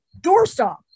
doorstop